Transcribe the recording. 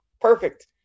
perfect